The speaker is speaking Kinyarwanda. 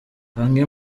bamwe